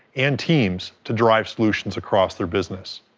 and teams to drive solutions across their business.